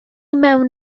mewn